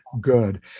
good